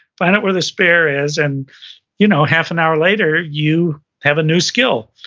find out where the spare is and you know half an hour later, you have a new skill,